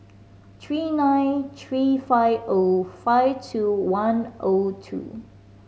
three nine three five O five two one O two